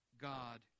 God